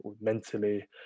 mentally